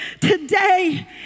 today